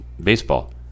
baseball